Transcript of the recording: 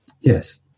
yes